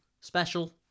special